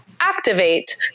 activate